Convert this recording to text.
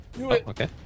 Okay